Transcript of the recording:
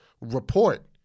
report